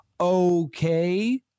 okay